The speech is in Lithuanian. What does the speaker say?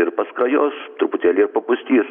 ir paskrajos truputėlį ir papustys